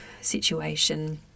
situation